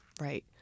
Right